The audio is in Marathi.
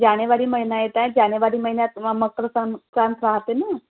जानेवारी महिना येत आहे जानेवारी महिन्यात मकर संक्रांत राहते ना